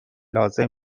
لازم